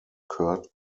curd